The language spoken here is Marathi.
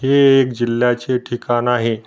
हे एक जिल्ह्याचे ठिकाण आहे